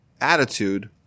attitude